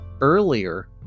earlier